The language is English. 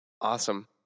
Awesome